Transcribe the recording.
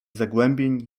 zagłębień